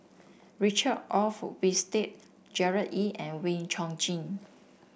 Richard Olaf Winstedt Gerard Ee and Wee Chong Jin